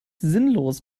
sinnlos